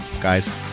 guys